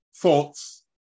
Thoughts